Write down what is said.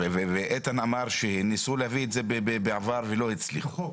איתן אמר שניסו להביא את זה בעבר ולא הצליחו.